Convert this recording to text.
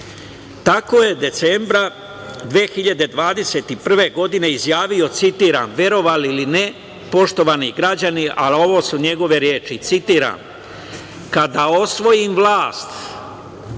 Tako je decembra 2021. godine izjavio, citiram, verovali ili ne poštovani građani, ali ovo su njegove reči, citiram – kada osvojim vlast